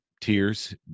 tears